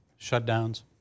shutdowns